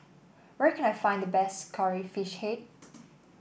where can I find the best Curry Fish Head